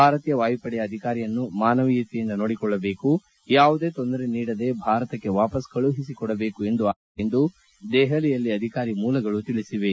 ಭಾರತೀಯ ವಾಯುಪಡೆಯ ಅಧಿಕಾರಿಯನ್ನು ಮಾನವೀಯತೆಯಿಂದ ನೋಡಿಕೊಳ್ಳಬೇಕು ಯಾವುದೇ ತೊಂದರೆ ನೀಡದೆ ಭಾರತಕ್ಕೆ ವಾಪಸ್ ಕಳುಹಿಸಿಕೊಡಬೇಕು ಎಂದು ಆಗ್ರಹಿಸಲಾಗಿದೆ ಎಂದು ದೆಹಲಿಯಲ್ಲಿ ಅಧಿಕಾರಿ ಮೂಲಗಳು ಹೇಳಿವೆ